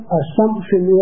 assumption